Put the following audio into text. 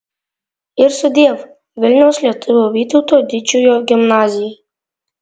ir sudiev vilniaus lietuvių vytauto didžiojo gimnazijai